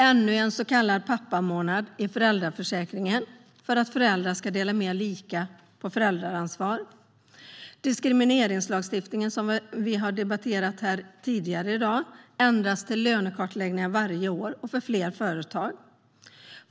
Ännu en så kallad pappamånad införs i föräldraförsäkringen för att föräldrar ska dela mer lika på föräldraansvaret. Diskrimineringslagstiftningen, som vi har debatterat tidigare i dag, ändras så att det blir lönekartläggningar varje år och för fler företag.